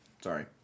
Sorry